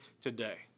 today